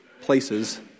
places